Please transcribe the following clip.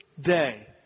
day